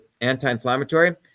anti-inflammatory